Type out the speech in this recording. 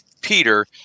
peter